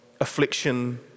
affliction